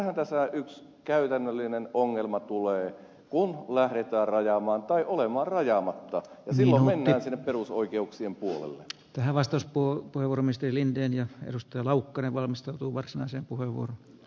tässähän yksi käytännöllinen ongelma tulee kun lähdetään rajaamaan tai olemaan rajaamatta sille ominaisen perusoikeuksien puolelle häväistys puuttui varmistelintien ja silloin mennään sinne perusoikeuksien puolelle